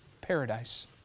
paradise